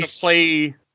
play